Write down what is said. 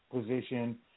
position